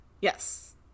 yes